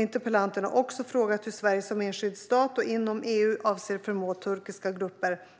Interpellanten har också frågat hur Sverige som enskild stat och inom EU avser att förmå turkiska